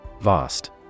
Vast